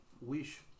wish